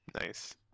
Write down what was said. Nice